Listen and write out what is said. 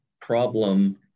problem